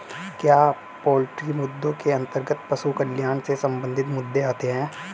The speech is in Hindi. क्या पोल्ट्री मुद्दों के अंतर्गत पशु कल्याण से संबंधित मुद्दे आते हैं?